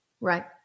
Right